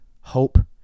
hope